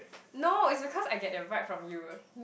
no it's because I get that vibe from you